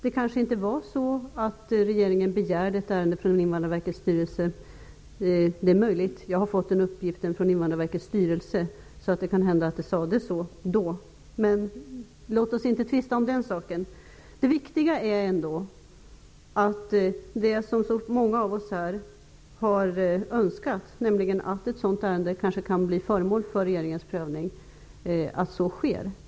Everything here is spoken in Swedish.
Det kanske inte var så att regeringen begärde att få in det ärende jag tidigare nämnde från Invandrarverkets styrelse. Det är möjligt. Jag har fått uppgiften från Invandrarverkets styrelse, och det kan hända att det då sades så. Men låt oss inte tvista om den saken. Det viktiga är ändå att det sker som så många av oss här önskat, nämligen att ett ärende kan bli föremål för regeringens prövning.